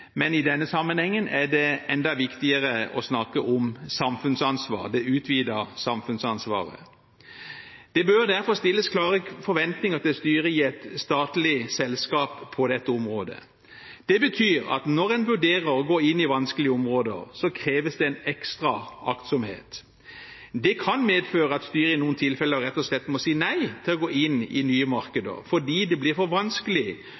men i denne sammenhengen er det enda viktigere å snakke om samfunnsansvar – det utvidede samfunnsansvaret. Det bør derfor stilles klare forventninger til styret i et statlig selskap på dette området. Det betyr at når en vurderer å gå inn i vanskelige områder, så kreves det en ekstra aktsomhet. Det kan medføre at styret i noen tilfeller rett og slett må si nei til å gå inn i nye markeder fordi det blir for vanskelig